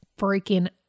freaking